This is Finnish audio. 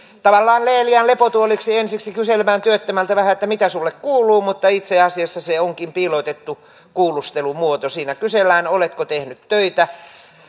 tavallaan tämmöiseksi leelian lepotuoliksi ensiksi kyselemään työttömältä vähän että mitä sulle kuuluu mutta itse asiassa se onkin piilotettu kuulustelumuoto siinä kysellään oletko tehnyt töitä